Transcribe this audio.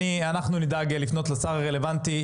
אנחנו נדאג לפנות לשר הרלוונטי.